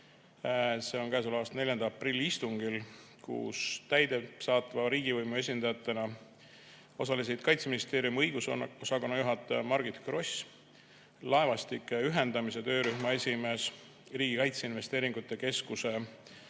samal päeval, 4. aprilli istungil, kus täidesaatva riigivõimu esindajatena osalesid Kaitseministeeriumi õigusosakonna juhataja Margit Gross, laevastike ühendamise töörühma esimees, Riigi Kaitseinvesteeringute Keskuse